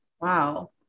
wow